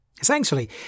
Essentially